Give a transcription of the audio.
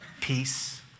peace